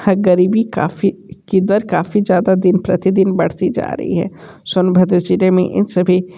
गरीबी काफ़ी किधर काफ़ी ज़्यादा दिन प्रतिदिन बढ़ती जा रही है सोनभद्र जिले में इन सभी